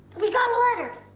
we got a letter!